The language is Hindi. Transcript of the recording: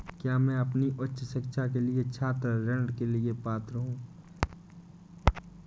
क्या मैं अपनी उच्च शिक्षा के लिए छात्र ऋण के लिए पात्र हूँ?